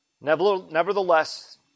Nevertheless